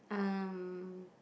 um